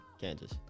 Kansas